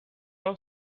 are